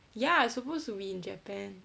ya I supposed to be in japan